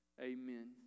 Amen